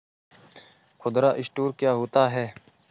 खुदरा स्टोर क्या होता है?